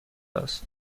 است